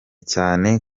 cyane